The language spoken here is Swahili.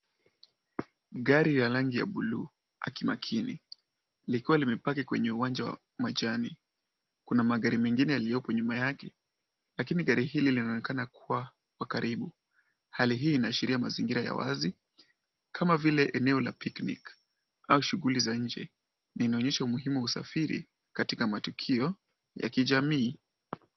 Gari ya rangi ya bluu akimakini, likiwa limepaki kwenye uwanja wa majani. Kuna magari mengine yaliyoko nyuma yake, lakini gari hili linaonekana kua kwa karibu. Hali hio inaashiria mazingira ya wazi kama vile eneo la picnic au shughuli za nje na inaonyesha umuhimu wa usafiri katika matukio ya kijamii.